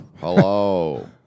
Hello